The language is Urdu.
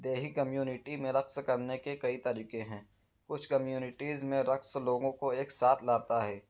دیہی کمیونٹی میں رقص کرنے کے کئی طریقے ہیں کچھ کمیونٹیز میں رقص لوگوں کو ایک ساتھ لاتا ہے